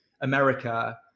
America